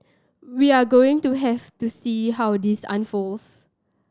we're going to have to see how this unfolds